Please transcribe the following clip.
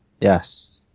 Yes